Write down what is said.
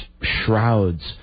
shrouds